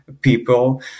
people